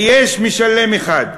ויש משלם אחד,